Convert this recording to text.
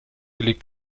liegt